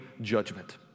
judgment